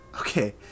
Okay